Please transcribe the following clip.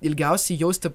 ilgiausiai jausti